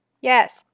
Yes